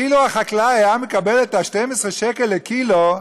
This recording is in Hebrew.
אילו החקלאי היה מקבל את ה-12 שקלים לקילו,